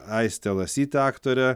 aiste lasyte aktore